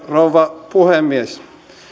rouva puhemies